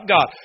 God